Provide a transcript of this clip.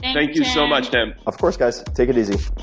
thank you so much, tim. of course, guys. take it easy.